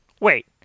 Wait